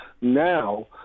Now